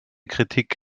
kritik